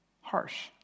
harsh